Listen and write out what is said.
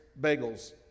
Bagels